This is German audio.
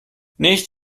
nicht